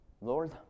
Lord